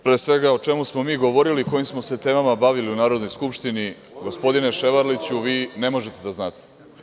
Pre svega, o čemu smo mi govorili, kojim smo se temama bavili u Narodnoj skupštini, gospodine Ševarliću, vi ne možete da znate.